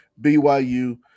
BYU –